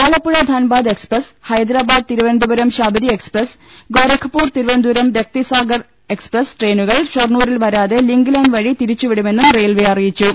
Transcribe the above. Alappuzha Dhanbad Express Hyderabad Thiruvananthapuram Sabari Express Gorakhpur Thiruvananthapuram Rapti Sagar Express ട്രെയിനുകൾ ഷൊർണൂരിൽ വരാതെ ലിങ്ക് ലൈൻ വഴി തിരിച്ചുവിടുമെന്നും റെയിൽവെ അറിയിച്ചു